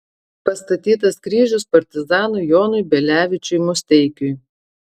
pastatytas kryžius partizanui jonui bielevičiui musteikiui